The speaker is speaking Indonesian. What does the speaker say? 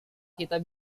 kita